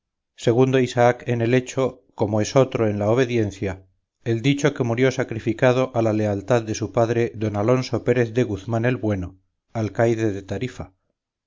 segundo isaac en el hecho como esotro en la obediencia el dicho que murió sacrificado a la lealtad de su padre don alonso pérez de guzmán el bueno alcaide de tarifa